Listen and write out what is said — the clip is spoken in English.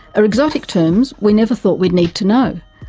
are exotic terms we never thought we'd need to know,